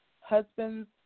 husbands